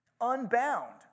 unbound